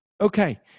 Okay